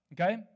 okay